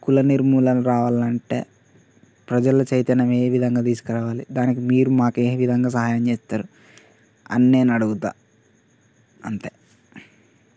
కుల నిర్ములన రావాలన్నంటే ప్రజల్లో చైతన్యం ఏ విధంగా తీసుకురావాలి దానికి మీరు మాకు ఏ విధంగా సహాయం చేస్తారు అని నేను అడుగుతాను అంతే